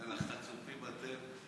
ואללה, חצופים אתם.